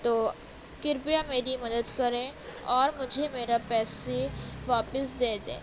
تو کرپیا میری مدد کریں اور مجھے میرا پیسے واپس دے دیں